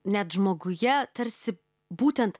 net žmoguje tarsi būtent